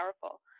powerful